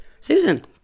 Susan